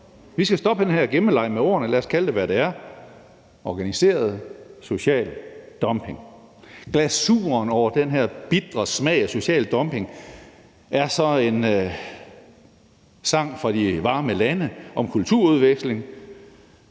Vi skal stoppe den her gemmeleg med ordene, lad os kalde det, hvad det er: organiseret social dumping. Glasuren over den her bitre smag af social dumping er en sang fra de varme lande om kulturudveksling,